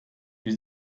wie